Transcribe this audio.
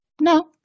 No